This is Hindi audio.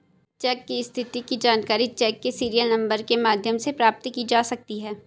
चेक की स्थिति की जानकारी चेक के सीरियल नंबर के माध्यम से प्राप्त की जा सकती है